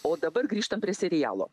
o dabar grįžtam prie serialo